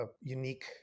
unique